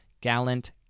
gallant